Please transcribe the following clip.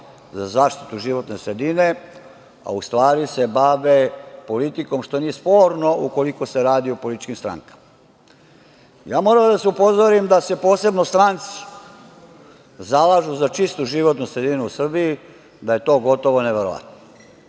za zaštitu životne sredine, a u stvari se bave politikom, što nije sporno, ukoliko se radi o političkim strankama. Moram da vas upozorim da se posebno stranci zalažu za čistu životnu sredinu u Srbiji, da je to gotovo neverovatno. Pazite,